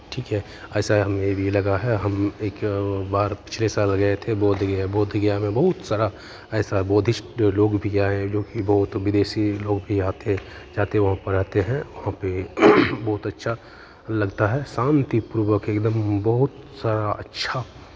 ठीक है ऐसा हमें भी लगा है हम भी एक बार पिछले साल गए थे बोधगया बोधगया में बहुत सारा ऐसा बुद्धिस्ट लोग भी आएं जोकि बहुत विदेशी लोग भी आते जाते वहाँ पर आते हैं वहाँ पे बहुत अच्छा लगता है शान्तिपूर्वक एकदम बहुत सा अच्छा